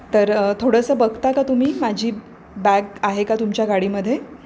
तर थोडंसं बघता का तुम्ही माझी बॅग आहे का तुमच्या गाडीमध्ये